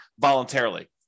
voluntarily